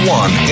one